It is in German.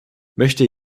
möchte